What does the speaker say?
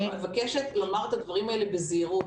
אני מבקשת לומר את הדברים האלה בזהירות